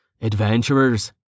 adventurers